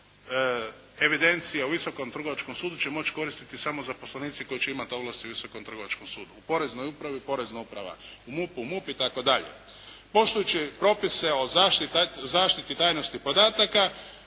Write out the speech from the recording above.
evidencije u Visokom trgovačkom sudu će moći koristiti samo zaposlenici koji će imati ovlasti u Visokom trgovačkom sudu, u Poreznoj upravi Porezna uprava, u MUP-u MUP itd. Poštujući propise o zaštiti tajnosti podataka